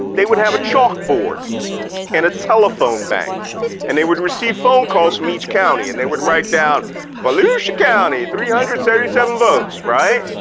they would have a chalkboard and a telephone bank and they would receive phone calls from each county and they would write down volusia county, three hundred and seventy seven votes, right?